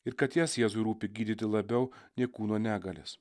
ir kad jas jėzui rūpi gydyti labiau nei kūno negalias